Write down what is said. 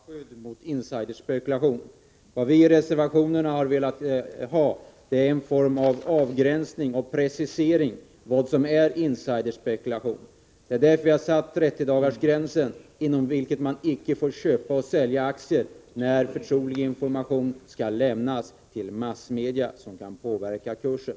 Herr talman! Jag vill göra klart att det råder full enighet om att man måste ha någon form av skydd mot ”insider”-spekulation. Vad vi har efterlyst i reservationerna är en form av avgränsning och precisering av vad som är ”insider”-spekulation. Det är därför vi satt 30 dagar som en gräns inom vilka man inte får köpa och sälja aktier när förtrolig information som kan påverka kursen skall offentliggöras.